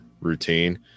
routine